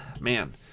Man